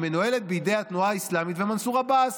היא מנוהלת בידי התנועה האסלאמית ומנסור עבאס.